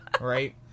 Right